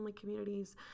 communities